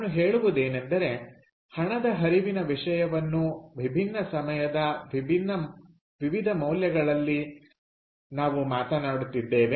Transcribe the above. ನಾನು ಹೇಳುವುದೇನೆಂದರೆ ಹಣದ ಹರಿವಿನ ವಿಷಯವನ್ನು ವಿಭಿನ್ನ ಸಮಯದ ವಿವಿಧ ಮೌಲ್ಯಗಳಲ್ಲಿ ನಾವು ಮಾತನಾಡುತ್ತಿದ್ದೇವೆ